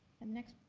and next.